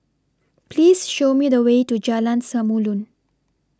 Please Show Me The Way to Jalan Samulun